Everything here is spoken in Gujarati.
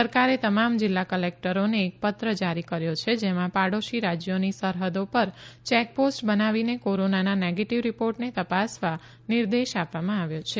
સરકારે તમામ જિલ્લા કલેક્ટરોને એક પત્ર જારી કર્યો છે જેમાં પાડોશી રાજ્યોની સરહદો પર ચેકપોસ્ટ બનાવીને કોરોનાના નેગેટિવ રિપોર્ટને તપાસવા નિર્દેશ આપવામાં આવ્યો છે